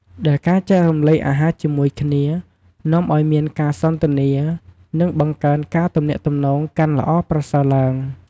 ដែលការចែករំលែកអាហារជាមួយគ្នា នាំឲ្យមានការសន្ទនា និងបង្កើនការទំនាក់ទំនងកាន់ល្អប្រសើរទ្បើង។